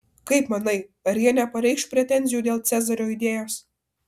kaip manai ar jie nepareikš pretenzijų dėl cezario idėjos